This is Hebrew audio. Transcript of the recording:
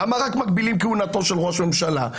למה מגבילים רק כהונת ראש ממשלה?